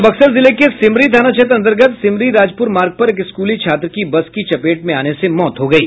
वहीं बक्सर जिले के सिमरी थाना क्षेत्र अंतर्गत सिमरी राजपुर मार्ग पर एक स्कूली छात्र की बस की चपेट में आने से मौत हो गयी